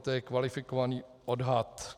To je kvalifikovaný odhad.